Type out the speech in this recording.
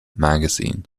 magazine